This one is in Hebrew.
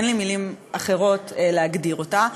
אין לי מילים אחרות להגדיר אותה,